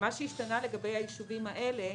מה שהשתנה לגבי היישובים האלה,